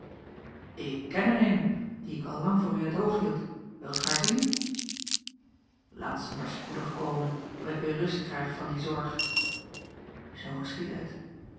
er eene die ik al lang voor u in t oog hield wilt gij haar zien laat ze maar spoedig komen dat ik weer rust krijg van die zorg zoo geschiedde het